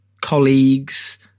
colleagues